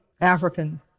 African